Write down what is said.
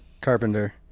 Carpenter